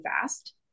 fast